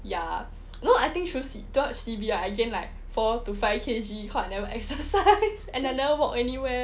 ya you know I think through C_B right I gained like four to five K_G cause I never exercise and I never walk anywhere